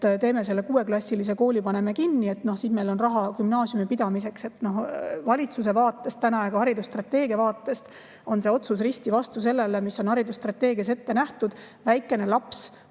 paneme selle kuueklassilise kooli kinni, siis meil on raha gümnaasiumi pidamiseks. Valitsuse vaates täna ja ka haridusstrateegia vaates on see otsus risti vastu sellele, mis on haridusstrateegias ette nähtud. Väikene laps